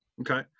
Okay